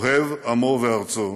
אוהב עמו וארצו,